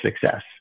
success